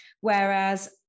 whereas